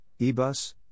EBUS